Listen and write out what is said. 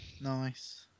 Nice